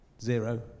zero